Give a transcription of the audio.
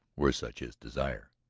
were such his desire.